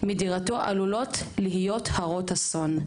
מדירתו עלולות להיות הרות אסון,